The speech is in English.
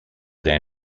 than